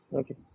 okay